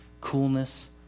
coolness